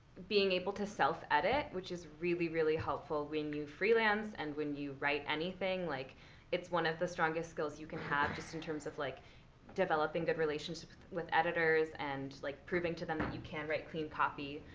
being able to self-edit, which is really, really helpful when you freelance and when you write anything. like it's one of the strongest skills you can have just in terms of like developing good relationships with editors and like proving to them that you can write clean copy.